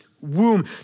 womb